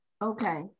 Okay